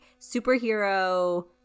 superhero